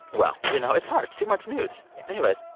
well, you know, it's hard. too much news. yeah anyways,